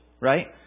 right